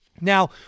Now